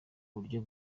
uburyo